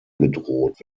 gedroht